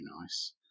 nice